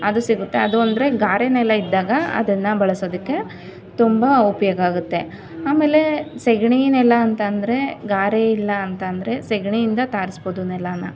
ಅದು ಸಿಗುತ್ತೆ ಅದು ಅಂದರೆ ಗಾರೆ ನೆಲ ಇದ್ದಾಗ ಅದನ್ನು ಬಳಸೋದಕ್ಕೆ ತುಂಬ ಉಪಯೋಗ ಆಗುತ್ತೆ ಆಮೇಲೆ ಸಗಣಿ ನೆಲ ಅಂತ ಅಂದ್ರೆ ಗಾರೆ ಇಲ್ಲ ಅಂತ ಅಂದ್ರೆ ಸಗಣಿಯಿಂದ ಸಾರಿಸ್ಬೋದು ನೆಲನಾ